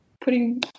putting